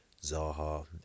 Zaha